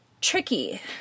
tricky